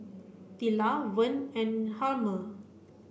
Tilla Vern and Hjalmer